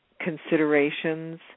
considerations